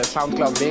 SoundCloud